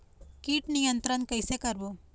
कीट नियंत्रण कइसे करबो?